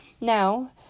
Now